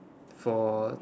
for